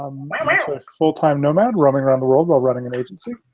i'm a full-time nomad, roaming around the world while running an agency.